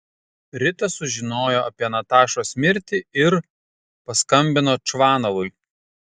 rita sužinojo apie natašos mirtį ir paskambino čvanovui